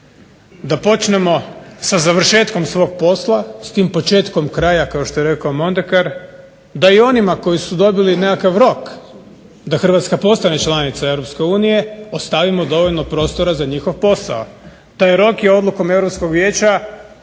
da počnemo sa završetkom svog posla, s tim početkom kraja kao što je rekao Mondekar, da i onima koji su dobili nekakav rok da Hrvatska postane članica Europske unije ostavimo dovoljno prostora za njihov posao. Taj rok je odlukom u